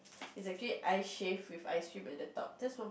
it's actually ice shave with ice cream at the top just one